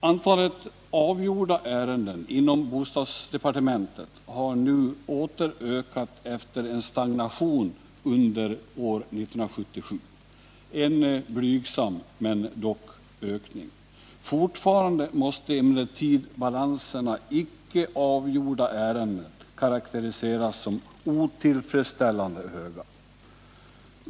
Antalet avgjorda ärbnden inom bostadsdepartementet har nu åter ökat efter en stagnation under år 1977 —-en blygsam men dock ökning. Fortfarande måste emellertid balanserna av icke avgjorda ärenden karakteriseras som otillfredsställande höga.